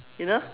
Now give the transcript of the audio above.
you know